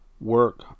work